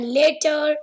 later